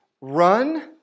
run